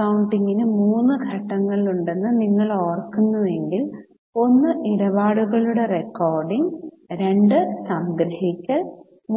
അക്കൌണ്ടിംഗിന് മൂന്ന് ഘട്ടങ്ങളുണ്ടെന്ന് നിങ്ങൾ ഓർക്കുന്നുവെങ്കിൽ ഒന്ന് ഇടപാടുകളുടെ റെക്കോർഡിങ് രണ്ട് സംഗ്രഹിക്കൽ